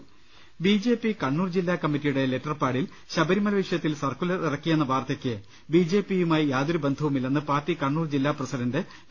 ്്്്്് B J P Kannur ജില്ലാ കമ്മിറ്റിയുടെ letter പാഡിൽ ശബരിമല വിഷയത്തിൽ സർക്കുലർ ഇറക്കിയെന്ന വാർത്തയ്ക്ക് ബി ജെ പിയുമായി യാതൊരു ബന്ധവും ഇല്ലെന്ന് പാർട്ടി കണ്ണൂർ ജില്ലാ പ്രസിഡന്റ് പി